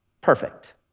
perfect